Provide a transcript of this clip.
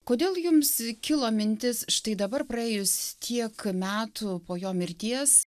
kodėl jums kilo mintis štai dabar praėjus tiek metų po jo mirties